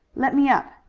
let me up.